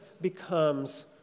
becomes